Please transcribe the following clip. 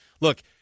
look